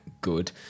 good